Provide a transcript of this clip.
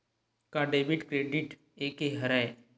का debit credit एके हरय?